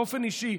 באופן אישי,